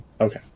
Okay